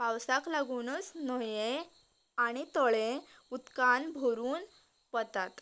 पावसाक लागूनच न्हये आनी तळे उदकान भरून वतात